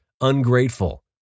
ungrateful